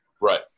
Right